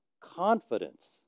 confidence